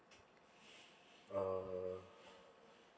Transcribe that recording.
uh